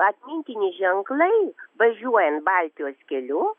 atmintini ženklai važiuojant baltijos keliu